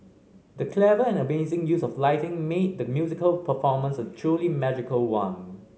the clever and amazing use of lighting made the musical performance a truly magical one